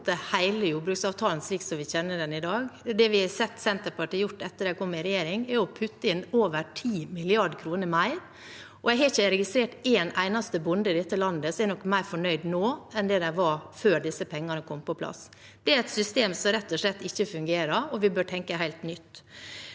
hele jordbruksavtalen slik vi kjenner den i dag. Det vi har sett Senterpartiet gjøre etter at de kom i regjering, er å putte inn over 10 mrd. kr mer. Jeg har ikke registrert en eneste bonde i dette landet som er mer fornøyd nå enn de var før disse pengene kom på plass. Det er et system som rett og slett ikke fungerer, og vi bør tenke helt nytt.